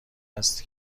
است